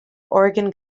oregon